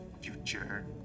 future